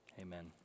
amen